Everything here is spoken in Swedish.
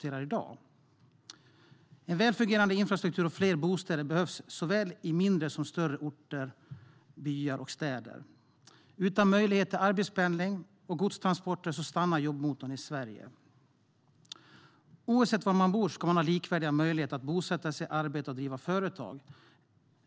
En välfungerande infrastruktur och fler bostäder behövs på såväl mindre som större orter, i städer och byar. Utan möjlighet till arbetspendling och godstransporter stannar jobbmotorn i Sverige. Oavsett var man bor ska man ha likvärdiga möjligheter att bosätta sig, arbeta och driva företag.